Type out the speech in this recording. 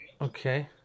Okay